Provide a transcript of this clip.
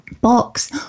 box